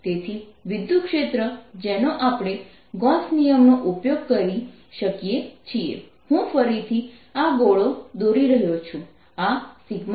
B 0R4ωσ3 2cosθrsinθ r3 તેથી વિદ્યુતક્ષેત્ર જેનો આપણે ગોસ નિયમ નો ઉપયોગ કરી શકીએ છીએ હું ફરીથી આ ગોળો દોરી રહ્યો છું આ છે